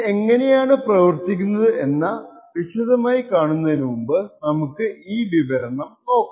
ഇത് എങ്ങനെയാണു പ്രവർത്തിക്കുന്നത് എന്ന വിശദമായി കാണുന്നതിനുമുൻപ് നമുക്ക് ഈ വിവരണം നോക്കാം